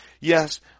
yes